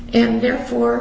and therefore